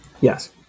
Yes